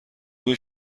بوی